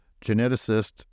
Geneticist